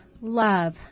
love